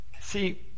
See